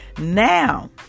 Now